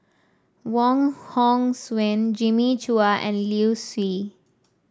Wong Hong Suen Jimmy Chua and Liu Si